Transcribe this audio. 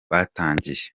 batangiye